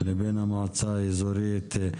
לבין המועצה האזורית.